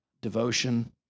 devotion